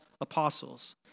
apostles